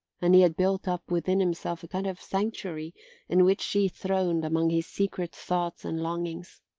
and he had built up within himself a kind of sanctuary in which she throned among his secret thoughts and longings.